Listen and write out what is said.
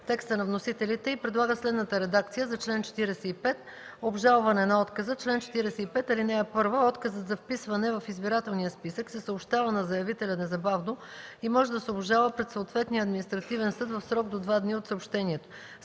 текста на вносителите и предлага следната редакция за чл. 45: „Обжалване на отказа Чл. 45. (1) Отказът за вписване в избирателния списък се съобщава на заявителя незабавно и може да се обжалва пред съответния административен съд в срок до два дни от съобщението.